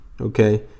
okay